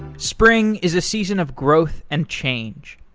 spring is a season of growth and change.